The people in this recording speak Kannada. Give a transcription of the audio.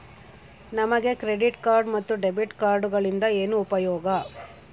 ನಮಗೆ ಕ್ರೆಡಿಟ್ ಕಾರ್ಡ್ ಮತ್ತು ಡೆಬಿಟ್ ಕಾರ್ಡುಗಳಿಂದ ಏನು ಉಪಯೋಗ?